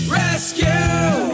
rescue